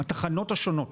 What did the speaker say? התחנות השונות,